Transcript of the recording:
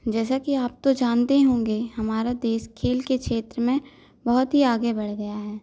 जैसा कि आप तो जानते ही होंगे हमारे देश खेल के क्षेत्र में बहुत ही आगे बढ़ गया है